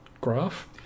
graph